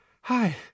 Hi